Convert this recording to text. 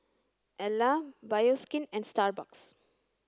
Elle Bioskin and Starbucks